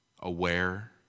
aware